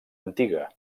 antiga